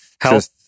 health